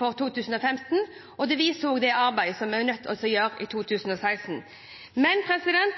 for 2015, og det viser også det arbeidet som vi er nødt til å gjøre i 2016. Men